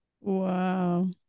wow